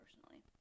personally